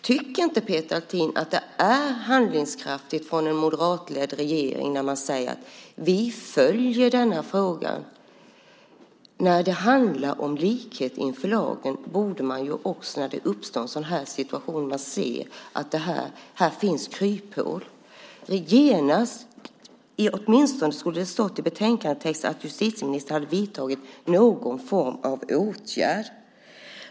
Tycker Peter Althin att det är handlingskraftigt när man från en moderatledd regering säger att man följer denna fråga? När det handlar om likhet inför lagen och man ser att det finns kryphål borde man när en sådan situation uppstår göra något. Åtminstone skulle det ha stått i texten i betänkandet att justitieministern hade vidtagit någon form av åtgärd.